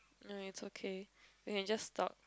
no it's okay we can just talk